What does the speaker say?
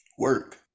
work